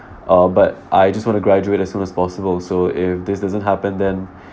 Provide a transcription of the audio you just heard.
uh but I just want to graduate as soon as possible so if this doesn't happen then